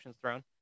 thrown